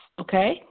okay